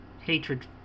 hatred